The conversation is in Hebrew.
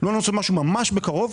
לא נעשה משהו ממש בקרוב,